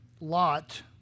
Lot